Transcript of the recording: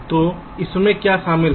तो इसमें क्या शामिल है